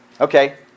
Okay